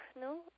no